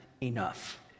enough